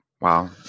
Wow